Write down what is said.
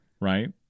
right